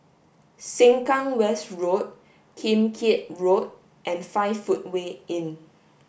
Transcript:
Sengkang West Road Kim Keat Road and Five Footway Inn